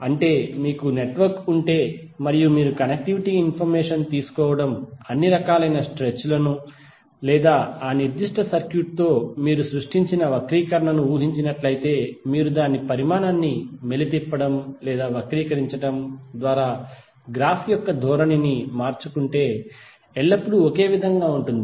అంటే మీకు నెట్వర్క్ ఉంటే మరియు మీరు కనెక్టివిటీ ఇన్ఫర్మేషన్ తీసుకోవడం అన్ని రకాలైన స్ట్రెచ్ లను లేదా ఆ నిర్దిష్ట సర్క్యూట్ తో మీరు సృష్టించిన వక్రీకరణను ఉంచినట్లయితే మీరు దాని పరిమాణాన్ని మెలితిప్పడం లేదా వక్రీకరించడం ద్వారా గ్రాఫ్ యొక్క ధోరణిని మార్చుకుంటే ఎల్లప్పుడూ ఒకే విధంగా ఉంటుంది